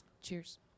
Cheers